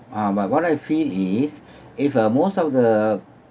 um but what I feel is if uh most of the